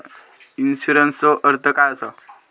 इन्शुरन्सचो अर्थ काय असा?